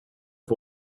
the